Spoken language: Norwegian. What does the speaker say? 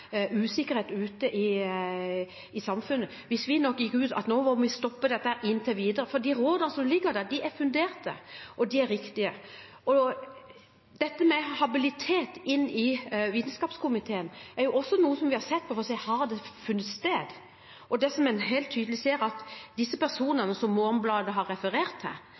usikkerhet ute i samfunnet hvis vi nå gikk ut med at vi måtte stoppe dette inntil videre. For de rådene som ligger der, er fundert, og de er riktige. Dette med habilitet i Vitenskapskomiteen er også noe vi har sett på – for å se om det har vært slik. Det en helt tydelig ser, er at de personene som Morgenbladet har referert til,